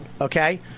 okay